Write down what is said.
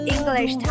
English